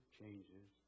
changes